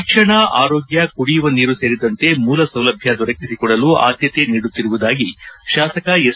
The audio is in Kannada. ಶಿಕ್ಷಣ ಆರೋಗ್ಲ ಕುಡಿಯುವ ನೀರು ಸೇರಿದಂತೆ ಮೂಲ ಸೌಲಭ್ಲ ದೊರಕಿಸಿಕೊಡಲು ಆದ್ದತೆ ನೀಡುತ್ತಿರುವುದಾಗಿ ಶಾಸಕ ಎಸ್